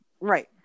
Right